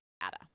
data